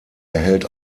erhält